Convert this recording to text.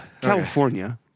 California